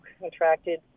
contracted